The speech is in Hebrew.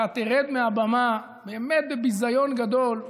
אתה תרד מהבמה באמת בביזיון גדול,